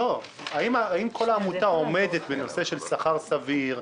האם כל עמותה עומדת בנושא של שכר סביר,